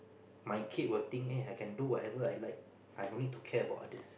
my kid will think eh I can do whatever I like I don't need to care about others